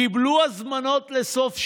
קיבלו הזמנות לסוף שבוע,